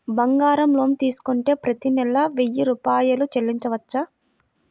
బంగారం లోన్ తీసుకుంటే ప్రతి నెల వెయ్యి రూపాయలు చెల్లించవచ్చా?